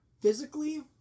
physically